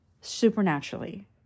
supernaturally